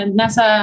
nasa